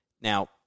Now